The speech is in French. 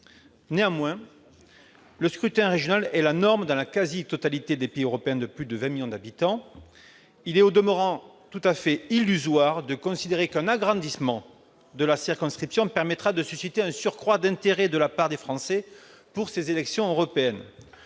Cependant, le scrutin régional est la norme dans la quasi-totalité des pays européens de plus de 20 millions d'habitants. Il est au demeurant illusoire de considérer qu'un agrandissement de la circonscription permettra de susciter un surcroît d'intérêt de la part des Français pour les élections européennes.